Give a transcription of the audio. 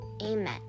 Amen